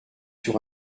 sur